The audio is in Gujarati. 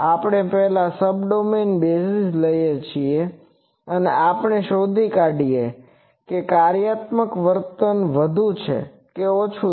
આપણે પહેલા સબડોમેઇન બેઝીસ લઈએ છીએ અને આપણે શોધી કાઢીએ કે કાર્યાત્મક વર્તન વધુ છે કે ઓછા છે